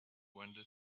wander